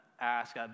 ask